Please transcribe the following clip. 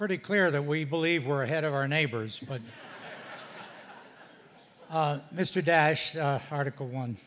pretty clear that we believe we're ahead of our neighbors but mr daschle article one